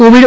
Covid